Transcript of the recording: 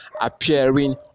appearing